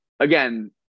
Again